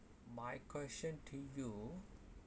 my question to you